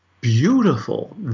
beautiful